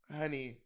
honey